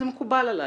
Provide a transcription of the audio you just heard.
זה מקובל עלי.